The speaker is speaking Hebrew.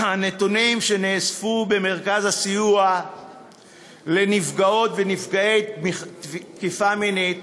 הנתונים שנאספו במרכז הסיוע לנפגעות ונפגעי תקיפה מינית